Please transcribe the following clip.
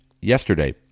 yesterday